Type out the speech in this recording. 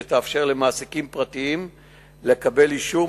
שיאפשר למעסיקים פרטיים לקבל אישור